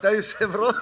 אתה יושב-ראש?